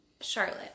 Charlotte